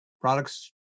products